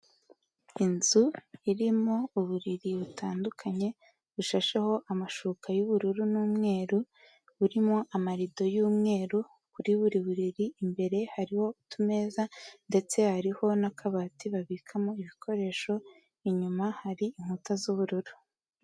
Inzu irimo uburiri butandukanye bushashaho amashuka y'ubururu n'umweru, burimo amarido y'umweru, kuri buri buriri imbere hariho utumeza ndetse hariho n'akabati babikamo ibikoresho, inyuma hari inkuta z'ubururu.